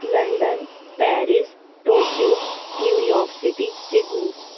London Paris Tokyo New York City Sydney